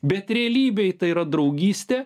bet realybėj tai yra draugystė